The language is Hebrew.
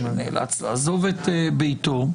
שנאלץ לעזוב את ביתו,